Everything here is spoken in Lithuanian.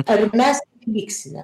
ar mes liksime